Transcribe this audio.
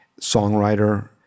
songwriter